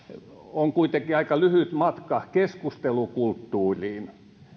on kuitenkin aika lyhyt matka keskustelukulttuuriin